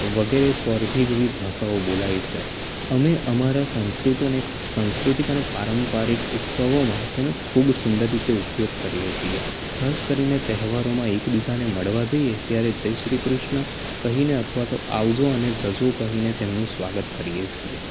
વગેરે સોરઠી જેવી ભાષાઓ બોલાય છે અમે અમારા સંસ્કૃત અને સાંસ્કૃતિક અને પારંપરિક ઉત્સવોમાં તેનું ખૂબ સુંદર રીતે ઉપયોગ કરીએ છીએ ખાસ કરીને તહેવારો એક બીજાને મળવા જઈએ ત્યારે જય શ્રી કૃષ્ણ કહીને અથવા તો આવજો અને જજો કહીને તેમનું સ્વાગત કરીએ છીએ